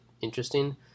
interesting